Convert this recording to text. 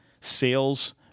sales